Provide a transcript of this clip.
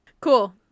Cool